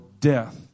death